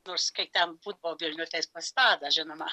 nors kai trn būdavau vilniuj tai pas tadą žinoma